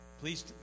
please